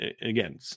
again